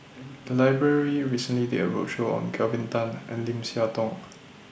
The Library recently did A roadshow on Kelvin Tan and Lim Siah Tong